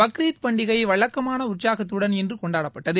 பக்ரீத் பண்டிகை வழக்கமான உற்சாகத்துடன் இன்று கொண்டாடப்பட்டது